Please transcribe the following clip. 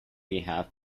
behalf